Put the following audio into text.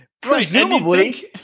Presumably